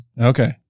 Okay